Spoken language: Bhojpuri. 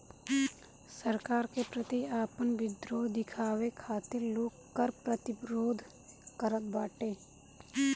सरकार के प्रति आपन विद्रोह दिखावे खातिर लोग कर प्रतिरोध करत बाटे